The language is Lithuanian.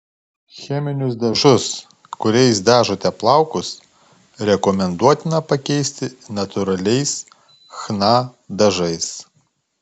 cheminius dažus kuriais dažote plaukus rekomenduotina pakeisti natūraliais chna dažais